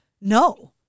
no